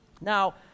Now